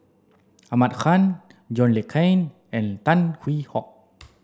Ahmad Khan John Le Cain and Tan Hwee Hock